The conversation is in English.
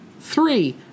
three